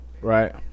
Right